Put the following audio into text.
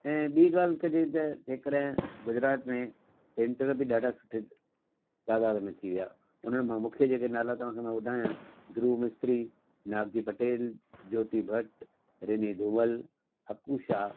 ऐं ॿी ॻाल्हि कजे त जेकॾहिं गुजरात में पेंटर बि ॾाढे सुठे तइदाद में थी विया उन्हनि मां मूंखे जेके नालाआहिनि मां तव्हांखे ॿुधायां ध्रुव मिस्त्री नाग जी पटेल ज्योति भट्ट रेनी धुवल अकुशा